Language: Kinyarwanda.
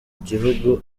gihugu